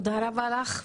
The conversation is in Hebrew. תודה רבה לך,